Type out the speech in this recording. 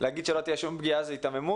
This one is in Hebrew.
להגיד שלא תהיה שום פגיעה זו היתממות,